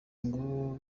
ngo